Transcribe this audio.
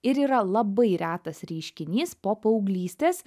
ir yra labai retas reiškinys po paauglystės